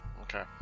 Okay